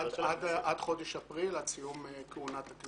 חודש אפריל, עד סיום כהונת הכנסת.